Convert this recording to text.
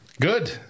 good